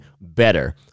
better